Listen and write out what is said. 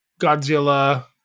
godzilla